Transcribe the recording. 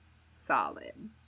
Solid